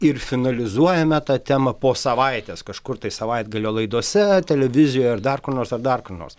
ir finalizuojame tą temą po savaitės kažkur tai savaitgalio laidose televizijoje ar dar kur nors ar dar kur nors